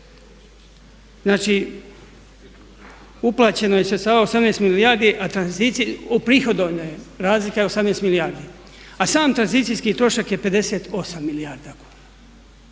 znači uplaćeno je sredstava 18 milijardi a uprihodovano je, razlika je 18 milijardi, a sam tranzicijski trošak je 58 milijardi